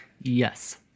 Yes